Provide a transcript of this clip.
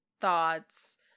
thoughts